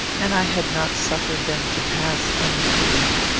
and i had not suffered them to pass unimproved.